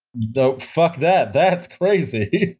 nope, fuck that, that's crazy.